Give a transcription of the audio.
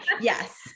Yes